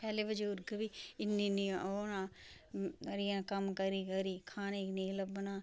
पैह्लें बजुर्ग बी इन्नी इन्नी ओह् ना कम्म करी करी खाने गी नेईं लब्भना